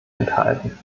enthalten